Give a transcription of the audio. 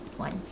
ones